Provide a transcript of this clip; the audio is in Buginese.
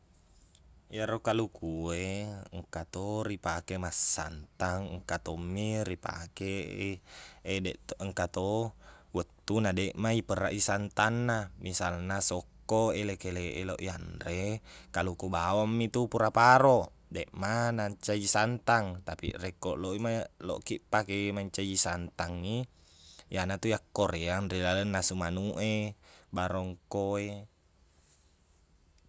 Iyaro kaluku e, engka to ripake massantang, engka tommi ripaakei e deq- engka to wettuna deqma iperrai santangna. Misalna, sokko eleq-keleq eloq iyanre, kaluku bawang mitu pura paruq, deqma mancaji santang. Tapi rekko loima- loqki pakei mancaji santang i, iyanatu yakkoreang ri laleng nasu manuq e, barongko e.